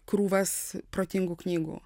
krūvas protingų knygų